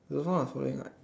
you also not following [what]